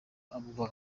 abo